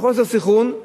בחוסר סנכרון,